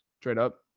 straight up.